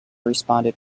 responded